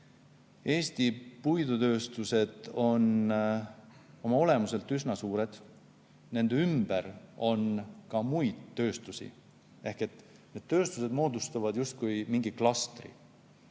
Eesti puidutööstused on oma olemuselt üsna suured ja nende ümber on ka muid tööstusi ehk need tööstused moodustavad justkui mingi klastri.